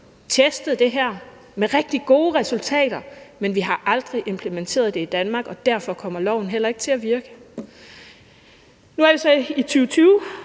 testet det her med rigtig gode resultater, men vi har aldrig implementeret det i Danmark, og derfor kommer loven heller ikke til at virke. Nu er vi så i 2020,